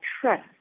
trust